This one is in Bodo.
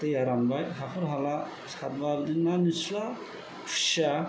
दैया रानबाय हाखर हाला सारब्ला बे ना निस्ला खुसिया